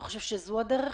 אתה חושב שזאת הדרך?